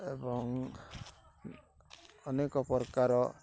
ଏବଂ ଅନେକ ପ୍ରକାର